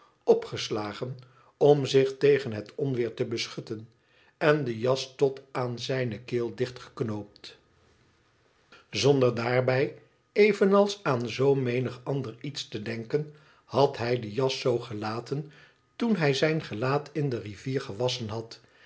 opgeslagen om zich tegen het onweer te beschutten en de jas tot aan zijne keel dichtgeknoopt zonder daarbij evenals aan zoo menig ander iets te den ken had hij de jas zoo gelaten toen hij zijn gelaat in de rivier ge wasschen had